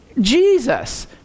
Jesus